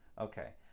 Okay